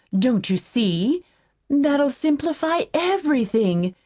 don't you see that'll simplify everything.